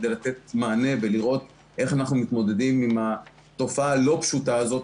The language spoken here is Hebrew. כדי לתת מענה ולראות איך אנחנו מתמודדים עם התופעה הלא פשוטה הזאת.